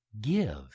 Give